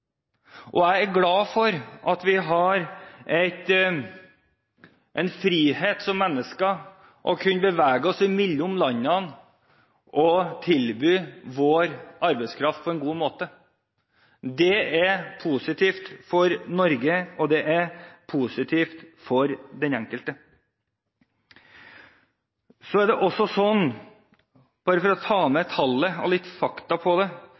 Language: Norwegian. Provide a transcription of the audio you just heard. Jeg er glad for at vi som mennesker har frihet til å kunne bevege oss mellom landene og tilby vår arbeidskraft på en god måte. Det er positivt for Norge, og det er positivt for den enkelte. Bare for å nevne noen fakta om tall: De siste ti årene har vi – som representanten Lundteigen var inne på